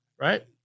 Right